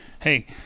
hey